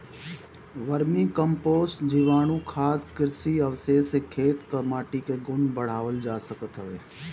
vermi compost, जीवाणुखाद, कृषि अवशेष से खेत कअ माटी के गुण बढ़ावल जा सकत हवे